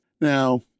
Now